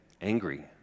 angry